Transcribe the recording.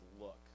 look